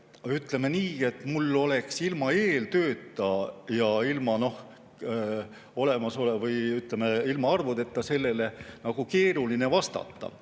ütleme nii, et mul on ilma eeltööta ja ilma arvudeta sellele keeruline vastata.